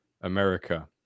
America